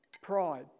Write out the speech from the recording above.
Pride